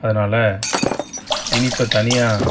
அதனால் இனிப்பை தனியாக